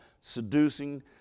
Seducing